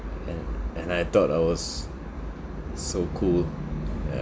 and and I thought I was so cool yeah